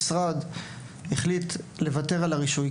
המשרד החליט לוותר על הרישוי,